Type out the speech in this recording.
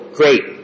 great